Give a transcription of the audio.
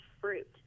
fruit